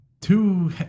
two